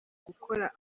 gukora